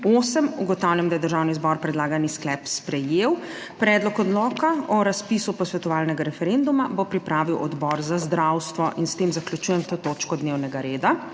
nihče.) Ugotavljam, da je Državni zbor predlagani sklep sprejel. Predlog odloka o razpisu posvetovalnega referenduma bo pripravil Odbor za zdravstvo. Zaključujem s tem to točko dnevnega reda